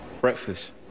Breakfast